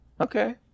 Okay